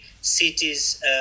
cities